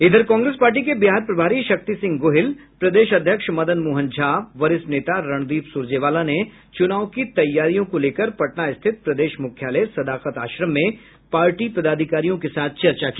इधर कांग्रेस पार्टी के बिहार प्रभारी शक्ति सिंह गोहिल प्रदेश अध्यक्ष मदन मोहन झा वरिष्ठ नेता रणदीप सुरजेवाला ने चुनाव की तैयारियों को लेकर पटना स्थित प्रदेश मुख्यालय सदाकत आश्रम में पार्टी पदाधिकारियों के साथ चर्चा की